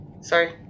Sorry